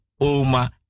Oma